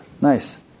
Nice